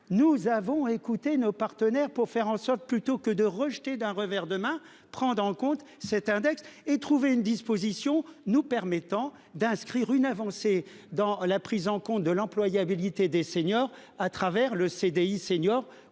Nous avons écouté nos partenaires pour faire en sorte plutôt que de rejeter d'un revers de main, prendre en compte cet index et trouver une disposition nous permettant d'inscrire une avancée. Dans la prise en compte de l'employabilité des seniors à travers le CDI seniors